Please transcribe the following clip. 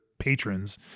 Patrons